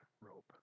rope